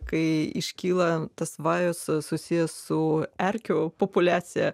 kai iškyla tas vajus susiję su erkių populiacija